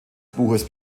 buches